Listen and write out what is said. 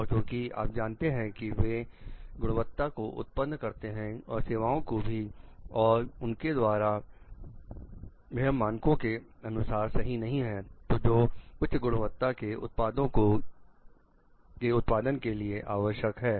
और क्योंकि आप जानते हैं कि वे की गुणवत्ता को उत्पन्न करते हैं और सेवाओं को भी और उनके द्वारा यह मानकों के अनुसार सही नहीं है जो उच्च गुणवत्ता के उत्पादों के उत्पादन के लिए आवश्यक है